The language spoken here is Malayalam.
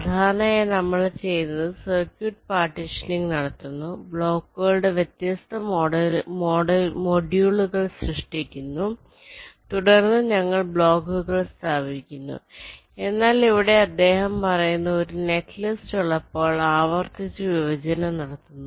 സാധാരണയായി നമ്മൾ ചെയ്യുന്നത് സർക്യൂട്ട് പാർട്ടീഷനിംഗ് നടത്തുന്നു ബ്ലോക്കുകളുടെ വ്യത്യസ്ത മൊഡ്യൂളുകൾ സൃഷ്ടിക്കുന്നു തുടർന്ന് ഞങ്ങൾ ബ്ലോക്കുകൾ സ്ഥാപിക്കുന്നു എന്നാൽ ഇവിടെ അദ്ദേഹം പറയുന്നു ഒരു നെറ്റ്ലിസ്റ്റ് ഉള്ളപ്പോൾ ആവർത്തിച്ച് വിഭജനം നടത്തുന്നു